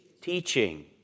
Teaching